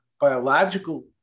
biological